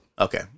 Okay